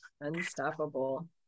Unstoppable